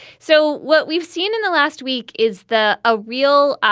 so what we've seen in the last week is the ah real